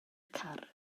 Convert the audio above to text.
car